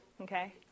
Okay